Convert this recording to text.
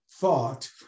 thought